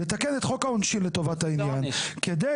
לתקן את חוק העונשין לטובת העניין כדי